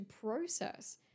process